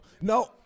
no